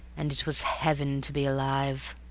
and it was heav'n to be alive.